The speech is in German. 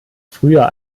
früher